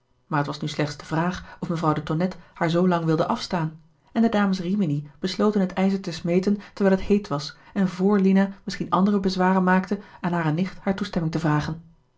maar t was nu slechts de vraag of mevrouw de tonnette haar zoo lang wilde afstaan en de dames rimini besloten het ijzer te smeden terwijl het heet was en vr lina misschien andere bezwaren maakte aan hare nicht hare toestemming te vragen